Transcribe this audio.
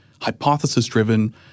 hypothesis-driven